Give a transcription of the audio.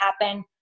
happen